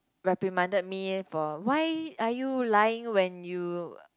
reprimanded me for a why are you lying when you